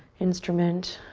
instrument,